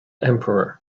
emperor